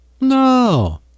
No